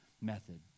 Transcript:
method